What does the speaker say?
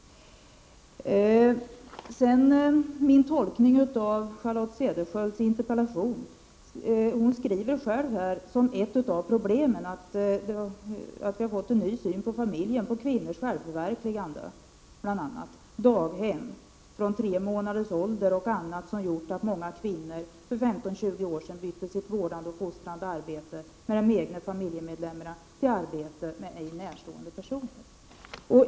Jag har försökt tolka Charlotte Cederschiölds interpellation. Hon skriver själv att ett av problemen är att en ny syn på familj, på kvinnors självförverkligande, daghem från tre månaders ålder och annat, gjorde att många kvinnor för 15-20 år sedan bytte sitt vårdande och fostrande arbete med de egna familjemedlemmarna till arbete med ej närstående personer.